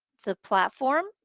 the platform,